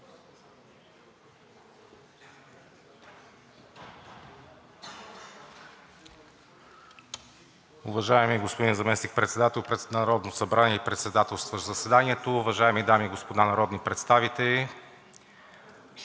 Уважаеми господин Заместник-председател на Народното събрание и Председателстващ заседанието, уважаеми дами и господа народни представители!